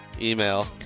email